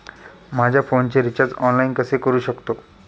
माझ्या फोनचे recharge online कसे करू शकतो?